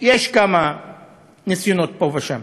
יש כמה ניסיונות, פה ושם.